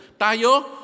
Tayo